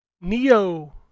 Neo